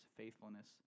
faithfulness